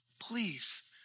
Please